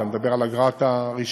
אתה מדבר על אגרת הרישוי,